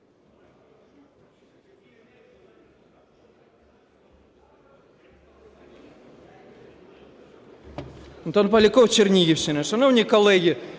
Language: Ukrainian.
Антон Поляков, Чернігівщина. Шановні колеги,